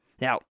Now